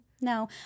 No